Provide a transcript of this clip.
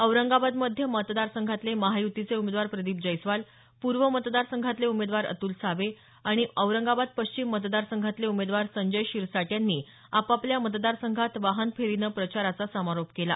औरंगाबाद मध्य मतदारसंघातले महायुतीचे उमेदवार प्रदीप जैस्वाल पूर्व मतदार संघातले उमेदवार अतुल सावे आणि औरंगाबाद पश्चिम मतदार संघातले उमेदवार संजय शिरसाट यांनी आपापल्या मतदारसंघात वाहन फेरीनं प्रचाराचा समारोप केला